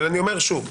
אבל אני אומר שוב,